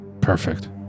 perfect